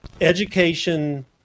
education